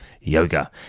yoga